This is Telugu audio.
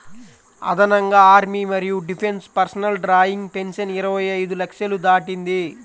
అదనంగా ఆర్మీ మరియు డిఫెన్స్ పర్సనల్ డ్రాయింగ్ పెన్షన్ ఇరవై ఐదు లక్షలు దాటింది